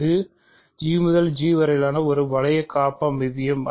இது G முதல் G வரை ஒரு வளைய காப்பமைவியம்